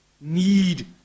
need